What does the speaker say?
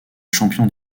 champion